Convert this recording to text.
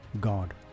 God